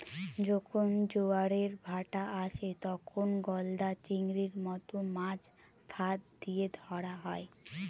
যখন জোয়ারের ভাঁটা আসে, তখন গলদা চিংড়ির মত মাছ ফাঁদ দিয়ে ধরা হয়